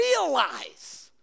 realize